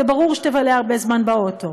זה ברור שתבלה הרבה זמן באוטו,